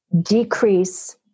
decrease